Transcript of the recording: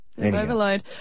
Overload